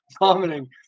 vomiting